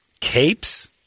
Capes